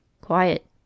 Quiet